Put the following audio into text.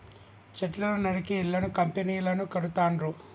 చెట్లను నరికి ఇళ్లను కంపెనీలను కడుతాండ్రు